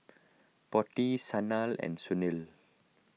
Potti Sanal and Sunil